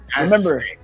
remember